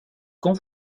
quand